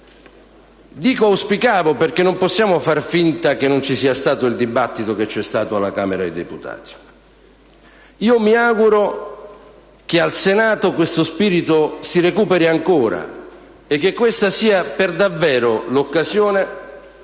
Dico auspicavo perché non possiamo far finta che non ci sia stato il dibattito che si è svolto alla Camera dei deputati. Mi auguro che al Senato questo spirito si recuperi ancora e che questa sia per davvero l'occasione